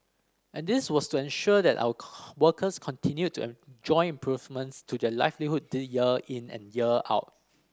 and this was to ensure that our workers continued to enjoy improvements to their livelihood year in and year out